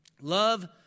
Love